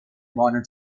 modern